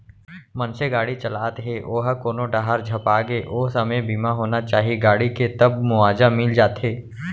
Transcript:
मनसे गाड़ी चलात हे ओहा कोनो डाहर झपागे ओ समे बीमा होना चाही गाड़ी के तब मुवाजा मिल जाथे